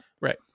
Right